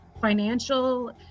financial